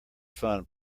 fun